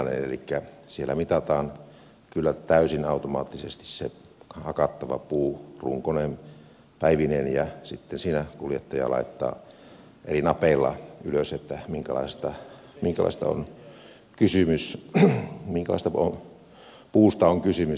elikkä siellä mitataan kyllä täysin automaattisesti se hakattava puu runkoineen päivineen ja sitten siinä kuljettaja laittaa eri napeilla ylös minkälaisesta puusta on kysymys